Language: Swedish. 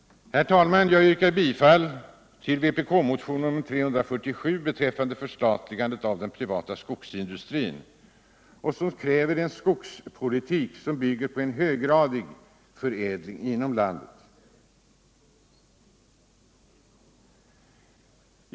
Herr talman! Jag yrkar bifall till vpk-motionen 347 beträffande förstatligande av den privata skogsindustrin som kräver en skogspolitik som bygger på en höggradig förädling inom landet.